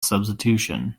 substitution